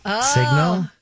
signal